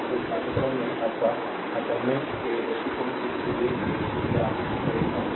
तो इस पाठ्यक्रम के आपका असाइनमेंट के दृष्टिकोण से इसे देखें या आपूर्ति करें